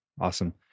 Awesome